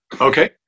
Okay